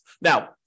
Now